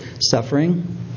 suffering